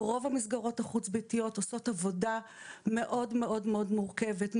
רוב המסגרות החוץ-ביתיות עושות עבודה מאוד-מאוד מורכבת,